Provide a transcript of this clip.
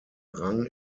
rang